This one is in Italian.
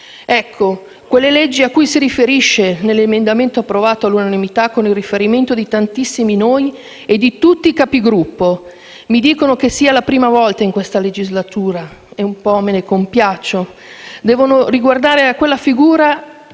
Ecco, quelle leggi cui ci si riferisce nell'emendamento approvato all'unanimità, con le firme di tantissimi di noi e di tutti i Capigruppo - mi dicono che sia la prima volta in questa legislatura e un po' me ne compiaccio - devono guardare a quella figura